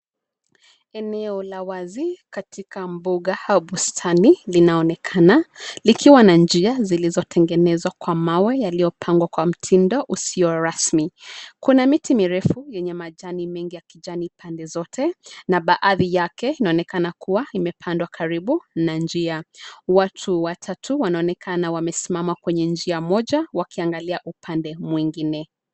Eneo la wazi katika mbuga au bustani linaonekana likiwa na njia zilizotengenezwa kwa mawe yaliyopangwa kwa mtindo usio rasmi. Kuna miti mirefu yenye majani mengi ya kijani pande zote na baadhi yake inaonekana kuwa imepandwa karibu na njia. Watu watatu wanaonekana wamesimama kwenye njia moja wakiangalia upande mwingine.